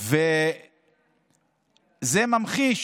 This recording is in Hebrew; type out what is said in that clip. זה ממחיש